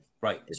Right